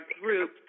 group